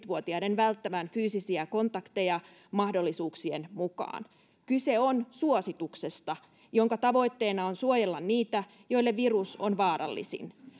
vuotiaiden välttävän fyysisiä kontakteja mahdollisuuksien mukaan kyse on suosituksesta jonka tavoitteena on suojella niitä joille virus on vaarallisin